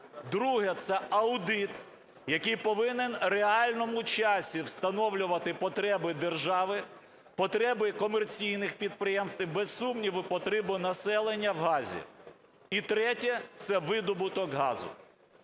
Друге – це аудит, який повинен в реальному часі встановлювати потреби держави, потреби комерційних підприємств і без сумніву потреби населення в газі. І третє – це видобуток газу.